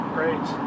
Great